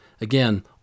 Again